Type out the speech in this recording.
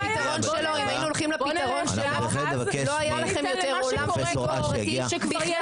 אם היינו הולכים לפתרון שלו לא היה לכם יותר עולם של ביטוח פרטי בכלל.